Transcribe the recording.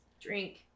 Drink